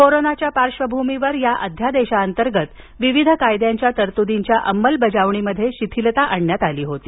कोरोनाच्या पार्श्वभूमीवर या अध्यादेशाअंतर्गत विविध कायद्यांच्या तरतुदींच्या अंमलबजावणीमध्ये शिथिलता आणण्यात आली होती